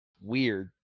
Weird